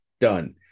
done